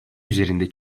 üzerinde